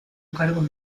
cargos